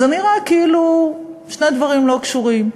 זה נראה כאילו שני הדברים לא קשורים.